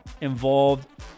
involved